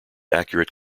accurate